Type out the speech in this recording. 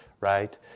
right